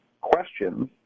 questions